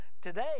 Today